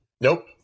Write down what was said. Nope